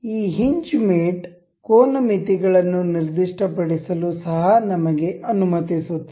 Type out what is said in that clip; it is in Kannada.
ಈ ಹಿಂಜ್ ಮೇಟ್ ಕೋನ ಮಿತಿಗಳನ್ನು ನಿರ್ದಿಷ್ಟಪಡಿಸಲು ಸಹ ನಮಗೆ ಅನುಮತಿಸುತ್ತದೆ